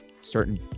certain